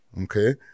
Okay